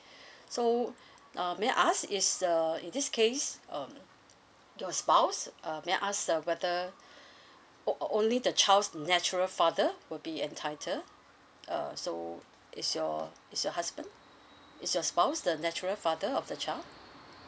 so uh may I ask is err in this case um your spouse uh may I ask um whether oh only the child's natural father will be entitled uh so is your is your husband is your spouse the natural father of the child